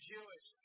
Jewish